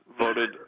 voted